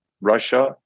Russia